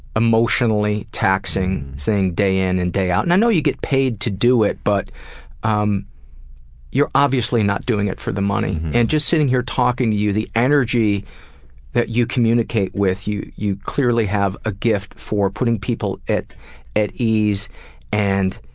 um emotionally-taxing thing day in and day out. and i know you get paid to do it, but um you're obviously not doing it for the money and just sitting here talking to you, the energy that you communicate with, you you clearly have a gift for putting people at ease and